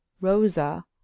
rosa